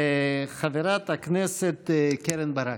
חברת הכסת קרן ברק.